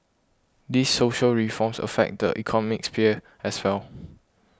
these social reforms affect the economic sphere as well